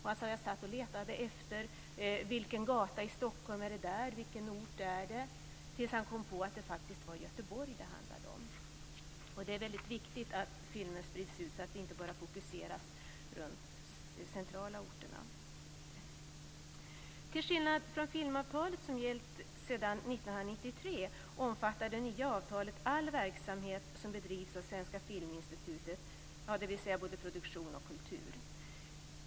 Han satt och funderade över vilken gata i Stockholm de var på tills han kom på att det faktiskt handlade om Göteborg. Det är väldigt viktigt att filmer sprids ut, så att de inte bara fokuseras runt de centrala orterna. Till skillnad från filmavtalet som har gällt sedan 1993 omfattar det nya avtalet all verksamhet som bedrivs av Svenska Filminstitutet, dvs. både produktion och kultur.